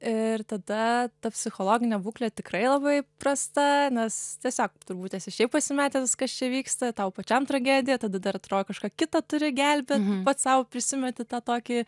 ir tada ta psichologinė būklė tikrai labai prasta nes tiesiog turbūt esi šiaip pasimetęs kas čia vyksta tau pačiam tragedija tada dar atrodo kažką kitą turi gelbėt pats sau prisimeti tą tokį